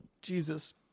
Jesus